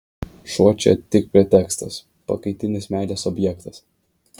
šuo čia tik pretekstas pakaitinis meilės objektas